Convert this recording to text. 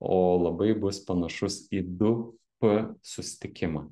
o labai bus panašus į du p susitikimą